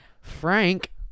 Frank